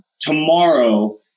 tomorrow